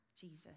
Jesus